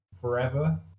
forever